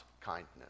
kindness